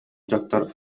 дьахтар